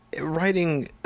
writing